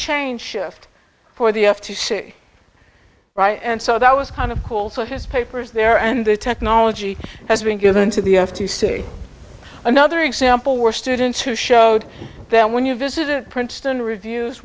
change shift for the f t c right and so that was kind of cool so his papers there and the technology has been given to the f t c another example were students who showed them when you visited princeton review